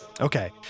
Okay